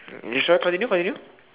uh you sure continue continue